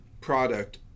product